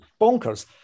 Bonkers